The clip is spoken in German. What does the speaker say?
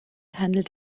handelt